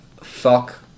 Fuck